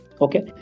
okay